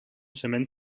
semaine